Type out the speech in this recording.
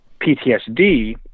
PTSD